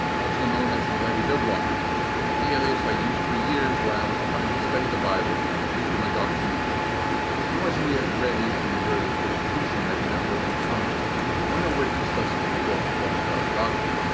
also known as meleti vivlon the alias i used for years when i was just trying to study the bible free from indoctrination and wasn't yet ready to endure the persecution that inevitably comes when a witness doesn't conform to watchtower dogma.